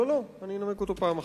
לא, לא, אני אנמק אותו פעם אחת.